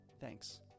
Thanks